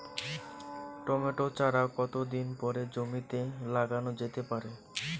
Tomato চারা কতো দিন পরে জমিতে লাগানো যেতে পারে?